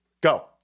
Go